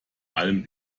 allem